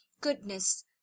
goodness